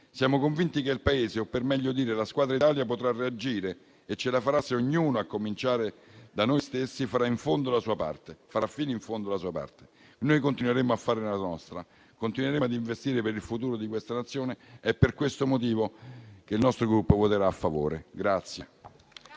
Siamo convinti che il Paese o, per meglio dire, la squadra Italia potrà reagire; e ce la farà se ognuno, a cominciare da noi stessi, farà fino in fondo la sua parte. Noi continueremo a fare la nostra: continueremo ad investire per il futuro di questa Nazione. È per questo motivo che il nostro Gruppo voterà a favore.